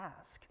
ask